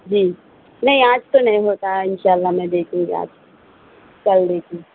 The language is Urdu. جی نہیں آج تو نہیں ہوتا انشاء اللہ میں دیتی ہوں آج کل دیتی ہوں